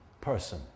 person